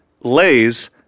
lays